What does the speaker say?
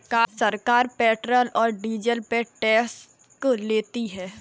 सरकार पेट्रोल और डीजल पर टैक्स लेती है